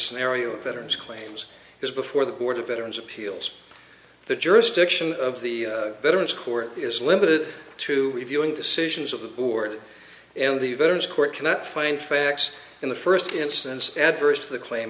scenario of veterans claims is before the board of veterans appeals the jurisdiction of the veterans court is limited to reviewing decisions of the board and the veterans court cannot find facts in the first instance adverse to the claim